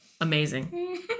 amazing